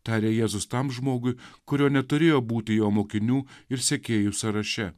tarė jėzus tam žmogui kurio neturėjo būti jo mokinių ir sekėjų sąraše